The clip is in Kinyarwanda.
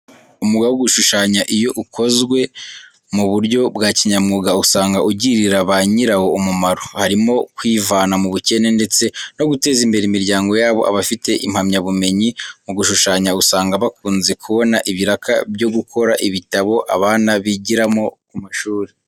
Umwuga wo gushushanya iyo ukozwe mu buryo bwa kinyamwuga usanga ugirira ba nyirawo umumaro, harimo kwivana mu bukene ndetse no guteza imbere imiryango yabo. Abafite impamyabumenyi mu gushushanya, usanga bakunze kubona ibiraka byo gukora ibitabo abana bigiramo ku mashuri.